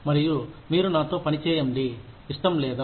మరియు మీరు నాతో పని చేయడం ఇష్టం లేదా